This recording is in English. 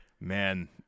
Man